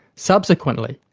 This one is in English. subsequently,